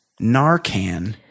Narcan